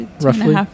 roughly